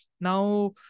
Now